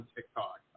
TikTok